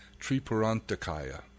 Tripurantakaya